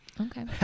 Okay